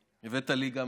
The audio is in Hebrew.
הבאת לי גם